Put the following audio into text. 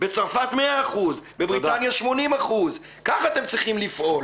בצרפת, 100%. בבריטניה, 80%. כך אתם צריכים לפעול.